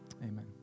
amen